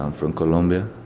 um from colombia.